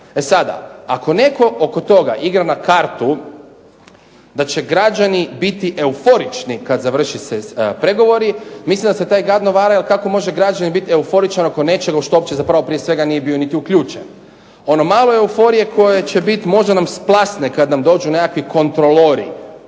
E sada, ako netko oko toga igra na kartu da će građani biti euforični kad završe se pregovori, mislim da se taj gadno vara jer kako može građanin biti euforičan oko nečega u što uopće zapravo prije svega nije bio niti uključen? Ono malo euforije koje će biti možda nam splasne kad nam dođu nekakvi kontrolori